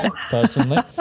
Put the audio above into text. personally